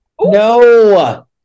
No